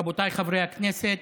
רבותיי חברי הכנסת,